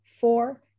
four